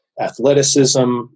athleticism